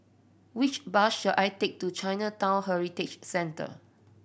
which bus should I take to Chinatown Heritage Centre